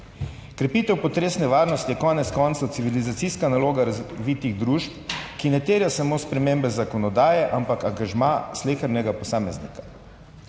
Krepitev potresne varnosti je konec koncev civilizacijska naloga razvitih družb, ki ne terja samo spremembe zakonodaje, ampak angažma slehernega posameznika.